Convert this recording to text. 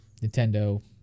Nintendo